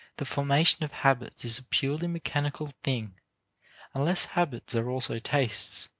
the formation of habits is a purely mechanical thing unless habits are also tastes